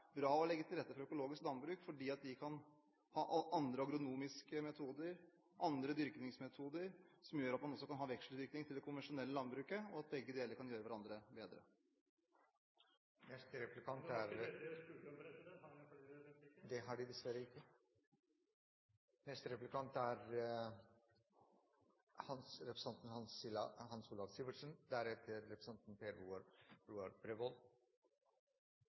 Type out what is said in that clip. bra å legge til rette for økologisk landbruk fordi det kan ha andre agronomiske metoder, andre dyrkningsmetoder, som gjør at man kan ha en vekseldyrking til det konvensjonelle landbruket, og at begge deler kan bidra til å gjøre hverandre bedre. Men det var ikke dette jeg spurte om, president. Har jeg anledning til en replikk til? Det har representanten dessverre ikke.